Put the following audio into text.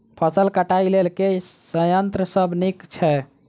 फसल कटाई लेल केँ संयंत्र सब नीक छै?